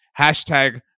Hashtag